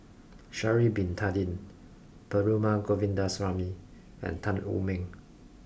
Sha'ari Bin Tadin Perumal Govindaswamy and Tan Wu Meng